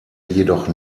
jedoch